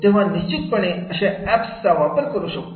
तेव्हा निश्चितपणे अशा एप्स चा वापर करू शकतो